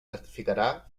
certificarà